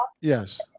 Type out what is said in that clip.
Yes